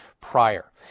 prior